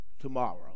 tomorrow